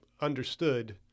understood